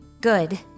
good